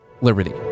Liberty